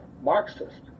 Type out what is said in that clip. Marxist